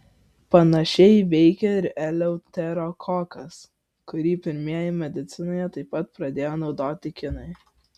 panašiai veikia ir eleuterokokas kurį pirmieji medicinoje taip pat pradėjo naudoti kinai